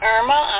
Irma